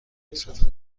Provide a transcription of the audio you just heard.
رسد